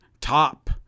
top –